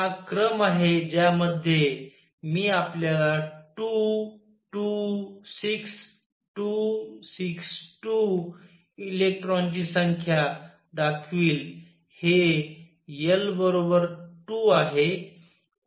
हा क्रम आहे ज्यामध्ये मी आपल्याला 2 2 6 2 6 2 इलेक्ट्रॉनची संख्या दाखवील हे l बरोबर 2 आहे